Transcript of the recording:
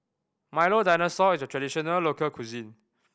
Milo Dinosaur is a traditional local cuisine